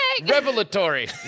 revelatory